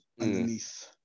underneath